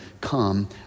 come